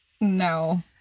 No